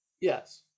Yes